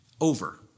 over